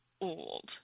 old